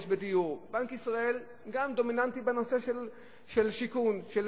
בנק ישראל גם הוא דומיננטי בנושא של שיכון, של